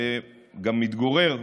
שגם מתגורר,